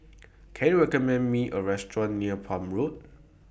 Can YOU recommend Me A Restaurant near Palm Road